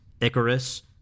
Icarus